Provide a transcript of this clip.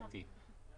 שניתן"